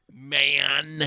Man